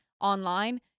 online